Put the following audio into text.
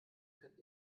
könnt